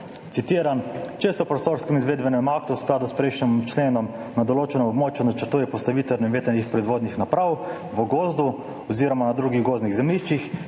Citiram: »Če se v prostorskem izvedbenem aktu v skladu s prejšnjim členom na določenem območju načrtuje postavitev vetrnih proizvodnih naprav v gozdu oziroma na drugih gozdnih zemljiščih,